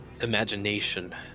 imagination